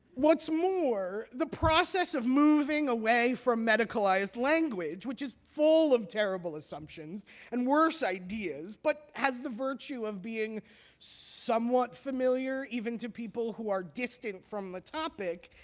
what's more, the process of moving away from medicalized language, which is full of terrible assumptions and worse ideas, but has the virtue of being somewhat familiar even to people who are distant from the topic,